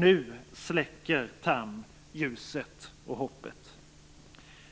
Nu släcker Tham ljuset och hoppet.